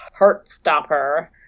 Heartstopper